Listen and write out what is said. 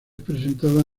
presentada